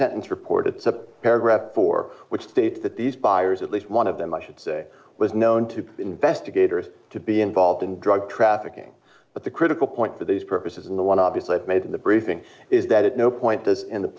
sentence report it's a paragraph for which states that these fires at least one of them i should say was known to investigators to be involved in drug trafficking the critical point for these purposes and the one obvious lead made in the briefing is that at no point this in the